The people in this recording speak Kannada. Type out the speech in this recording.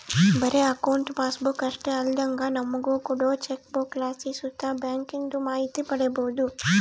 ಬರೇ ಅಕೌಂಟ್ ಪಾಸ್ಬುಕ್ ಅಷ್ಟೇ ಅಲ್ದಂಗ ನಮುಗ ಕೋಡೋ ಚೆಕ್ಬುಕ್ಲಾಸಿ ಸುತ ಬ್ಯಾಂಕಿಂದು ಮಾಹಿತಿ ಪಡೀಬೋದು